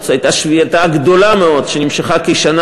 הייתה שביתה גדולה מאוד שנמשכה כשנה,